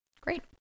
Great